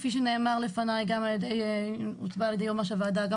כפי שנאמר לפני גם על-ידי ראש הוועדה וגם